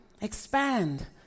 Expand